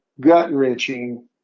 gut-wrenching